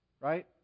right